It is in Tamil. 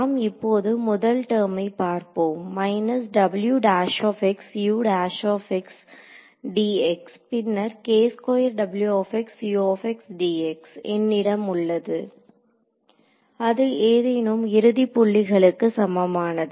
நாம் இப்போது முதல் டெர்மை பார்ப்போம் பின்னர் என்னிடம் உள்ளது அது ஏதேனும் இறுதி புள்ளிகளுக்கு சமமானது